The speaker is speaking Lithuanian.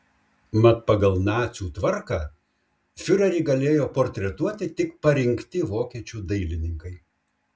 mat pagal nacių tvarką fiurerį galėjo portretuoti tik parinkti vokiečių dailininkai